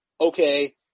okay